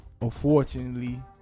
unfortunately